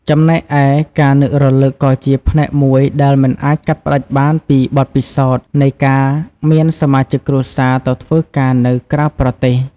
ចំណែកឯ ការនឹករលឹកក៏ជាផ្នែកមួយដែលមិនអាចកាត់ផ្តាច់បានពីបទពិសោធន៍នៃការមានសមាជិកគ្រួសារទៅធ្វើការនៅក្រៅប្រទេស។